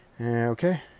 Okay